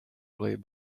played